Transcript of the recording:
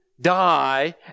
die